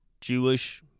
Jewish